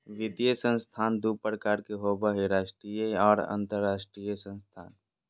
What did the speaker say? वित्तीय संस्थान दू प्रकार के होबय हय राष्ट्रीय आर अंतरराष्ट्रीय संस्थान